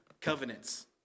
covenants